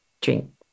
drink